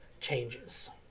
changes